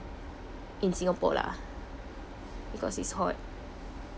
in singapore lah because it's hot